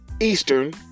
Eastern